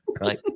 right